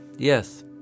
Yes